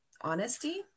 Honesty